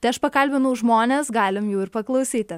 tai aš pakalbinau žmones galim jų ir paklausyti